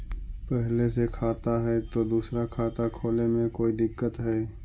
पहले से खाता है तो दूसरा खाता खोले में कोई दिक्कत है?